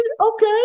okay